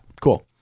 Cool